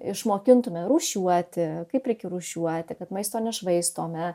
išmokintume rūšiuoti kaip reikia rūšiuoti kad maisto nešvaistome